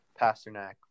Pasternak